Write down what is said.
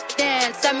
dance